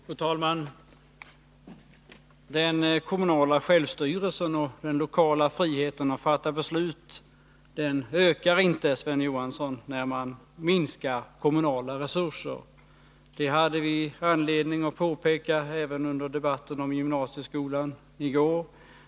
Fru talman! Den kommunala självstyrelsen och den lokala friheten att fatta beslut ökar inte, Sven Johansson, när man minskar kommunala resurser. Det hade vi anledning att påpeka även i debatten om gymnasieskolan i går.